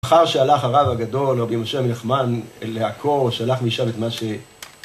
אחר שהלך הרב הגדול, רבי משה בן נחמן, לעקור, שלח משם את מה ש...